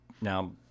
Now